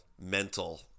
mental